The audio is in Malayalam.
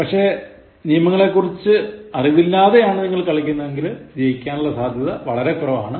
പക്ഷേ നിയമങ്ങളെക്കുറിച്ച് അറിവില്ലാതെയാണ് നിങ്ങൾ കളിക്കുന്നതെങ്കിൽ ജയിക്കാനുള്ള സാധ്യത വളരെ കുറവാണ്